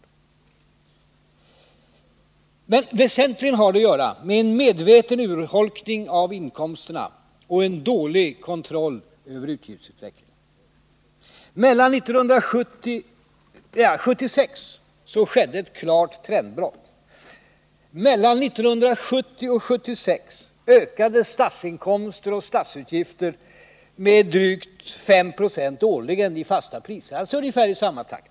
Den låga ökningstakten har väsentligen att göra med en medveten urholkning av inkomsterna och en dålig kontroll över utgiftsutvecklingen. 1976 skedde ett klart trendbrott. Mellan 1970 och 1976 ökade statsinkomster och statsutgifter med drygt 5 20 årligen, räknat i fasta priser — alltså i ungefär samma takt.